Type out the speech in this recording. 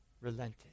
relented